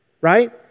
Right